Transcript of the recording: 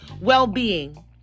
well-being